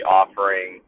offering